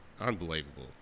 unbelievable